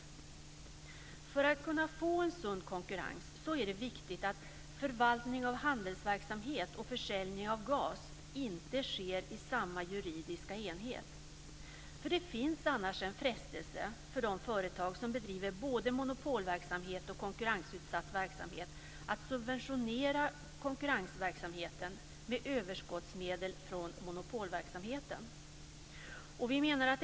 För att kunna få en sund konkurrens är det viktigt att förvaltning av handelverksamhet och försäljning av gas inte sker inom samma juridiska enhet. Annars finns frestelsen för de företag som bedriver både monopolverksamhet och konkurrensutsatt verksamhet att subventionera konkurrensverksamheten med överskottsmedel från monopolverksamheten.